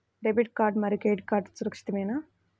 Debit card మరియు credit card సురక్షితమేనా?